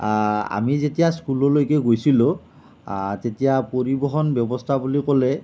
আমি যেতিয়া স্কুললৈকে গৈছিলোঁ তেতিয়া পৰিবহণ ব্যৱস্থা বুলি ক'লে